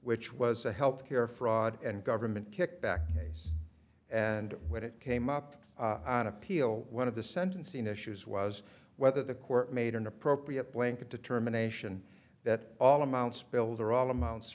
which was a health care fraud and government kickback and when it came up on appeal one of the sentencing issues was whether the court made an appropriate blanket determination that all amount spilled or all amounts